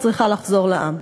צריכה לחזור לעם.